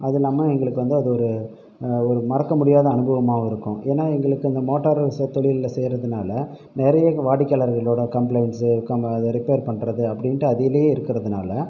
அதுவும் இல்லாமல் எங்களுக்கு வந்து அது ஒரு ஒரு மறக்க முடியாத அனுபவமாகவும் இருக்கும் ஏன்னால் எங்களுக்கு அந்த மோட்டார் தொழிலில் செய்கிறதுனால நிறைய எங்கள் வாடிக்கையாளர்களோடய கம்பளைண்ட்ஸு க அதை ரிப்பேர் பண்ணுறது அப்படின்ட்டு அதிலே இருக்கிறதுனால